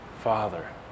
Father